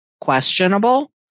questionable